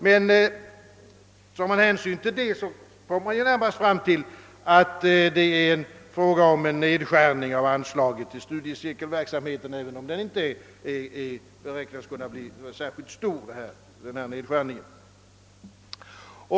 Tar man hänsyn därtill, kommer man närmast fram till att det är fråga om en nedskärning av anslaget till studiecirkelverksamheten, även om den inte är särskilt stor.